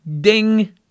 ding